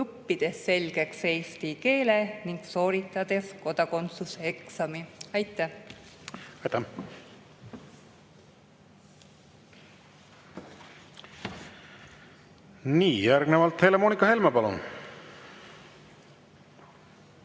õppides selgeks eesti keele ning sooritades kodakondsuseksami. Aitäh! Aitäh! Järgnevalt Helle-Moonika Helme, palun!